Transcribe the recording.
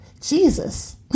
jesus